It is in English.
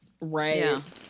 Right